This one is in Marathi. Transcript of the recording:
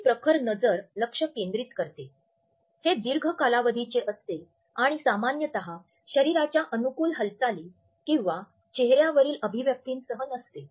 आमची प्रखर नजर लक्ष केंद्रित करते हे दीर्घ कालावधीचे असते आणि सामान्यत शरीराच्या अनुकूल हालचाली किंवा चेहऱ्यावरील अभिव्यक्तीसह नसते